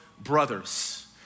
brothers